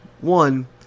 One